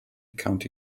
county